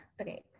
Okay